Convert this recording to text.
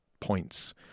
points